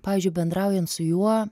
pavyzdžiui bendraujant su juo